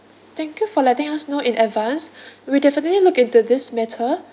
thank you for letting us know in advance we definitely look into this matter